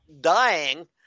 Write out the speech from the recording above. dying